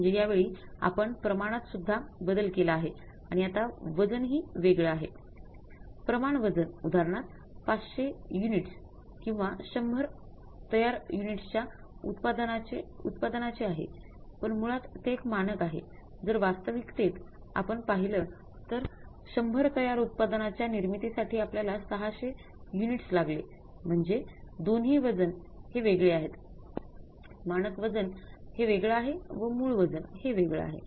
म्हणजे या वेळी आपण प्रमाणात सुद्धा बदल केला आहे आणि आता वजन हि वेगळं आहे